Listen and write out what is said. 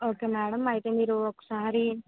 okay madam అయితే మీరు ఒకసారి